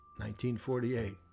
1948